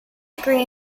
degree